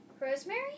Rosemary